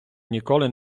ніколи